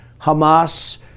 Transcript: Hamas